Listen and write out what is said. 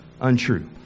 untrue